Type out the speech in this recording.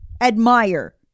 admire